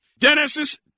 Genesis